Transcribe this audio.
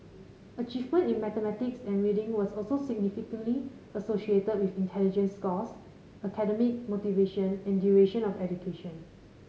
achievement in mathematics and reading was also significantly associated with intelligence scores academic motivation and duration of education